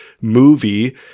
movie